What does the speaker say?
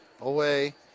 away